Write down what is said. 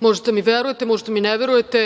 možete da mi verujete, možete da mi ne verujete,